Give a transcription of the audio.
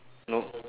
nope